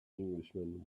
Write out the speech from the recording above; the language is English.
englishman